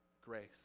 grace